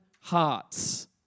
hearts